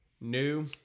new